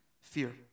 fear